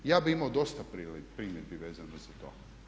Ja bih imao dosta primjedbi vezano za to.